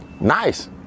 Nice